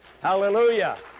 Hallelujah